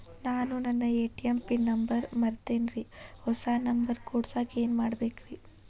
ನಾನು ನನ್ನ ATM PIN number ಮರ್ತೇನ್ರಿ, ಹೊಸಾ ನಂಬರ್ ಕುಡಸಾಕ್ ಏನ್ ಮಾಡ್ಬೇಕ್ರಿ?